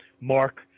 mark